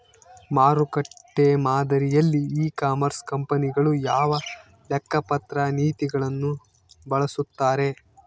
ಮಾರುಕಟ್ಟೆ ಮಾದರಿಯಲ್ಲಿ e commerce ಕಂಪನಿಗಳು ಯಾವ ಲೆಕ್ಕಪತ್ರ ನೇತಿಗಳನ್ನು ಬಳಸುತ್ತಾರೆ?